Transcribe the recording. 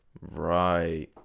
Right